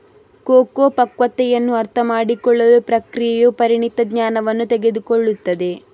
cocoa ಪಕ್ವತೆಯನ್ನು ಅರ್ಥಮಾಡಿಕೊಳ್ಳಲು ಪ್ರಕ್ರಿಯೆಯು ಪರಿಣಿತ ಜ್ಞಾನವನ್ನು ತೆಗೆದುಕೊಳ್ಳುತ್ತದೆ